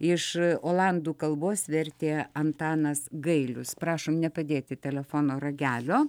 iš olandų kalbos vertė antanas gailius prašom nepadėti telefono ragelio